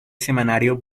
semanario